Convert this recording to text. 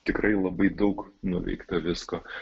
tikrai labai daug nuveikta visko